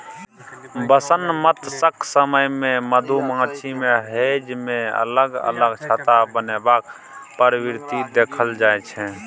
बसंमतसक समय मे मधुमाछी मे हेंज मे अलग अलग छत्ता बनेबाक प्रवृति देखल जाइ छै